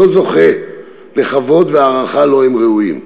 זוכה לכבוד והערכה שלהם הם ראויים.